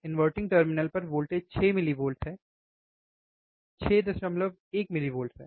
inverting terminal पर voltage 6 millivlots 61 millivolts है